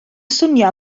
swnio